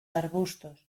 arbustos